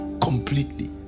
completely